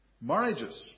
Marriages